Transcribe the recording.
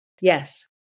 yes